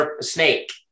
snake